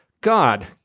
God